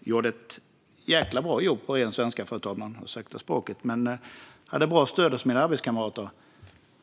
Jag gjorde ett jäkla bra jobb, på ren svenska, fru talman. Ursäkta språket! Jag hade bra stöd hos mina arbetskamrater.